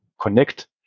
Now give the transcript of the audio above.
connect